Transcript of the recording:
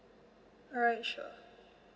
alright sure